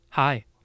Hi